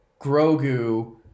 Grogu